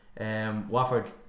Wofford